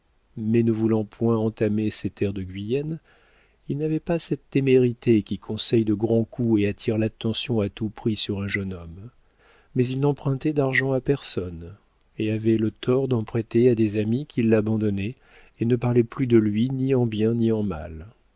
mais ne voulant point entamer ses terres de guyenne il n'avait pas cette témérité qui conseille de grands coups et attire l'attention à tout prix sur un jeune homme mais il n'empruntait d'argent à personne et avait le tort d'en prêter à des amis qui l'abandonnaient et ne parlaient plus de lui ni en bien ni en mal